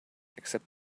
except